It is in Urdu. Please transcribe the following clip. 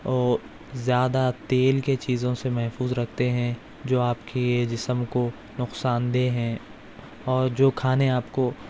وہ زیادہ تیل کے چیزوں سے محفوظ رکھتے ہیں جو آپ کی جسم کو نقصان دہ ہیں اور جو کھانے آپ کو